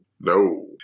no